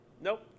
Nope